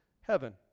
heaven